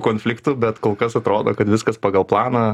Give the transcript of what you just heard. konfliktų bet kol kas atrodo kad viskas pagal planą